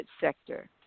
sector